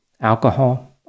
Alcohol